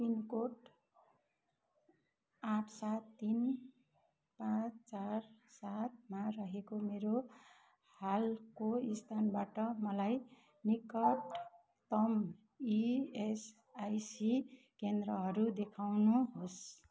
pin code आठ सात तिन पाँच चार सातमा रहेको मेरो हालको स्थानबाट मलाई निकटतम इएसआइसी केन्द्रहरू देखाउनुहोस्